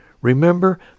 Remember